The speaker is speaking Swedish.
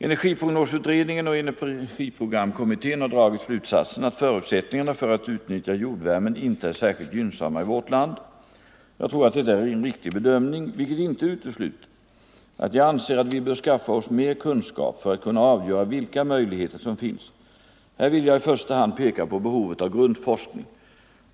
Energiprognosutredningen och energiprogramkommittén har dragit slutsatsen att förutsättningarna för att utnyttja jordvärmen inte är särskilt gynnsamma i vårt land. Jag tror att detta är en riktig bedömning, vilket inte utesluter att jag anser att vi bör skaffa oss mer kunskap för att kunna avgöra vilka möjligheter som finns. Här vill jag i första hand peka på behovet av grundforskning.